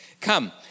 Come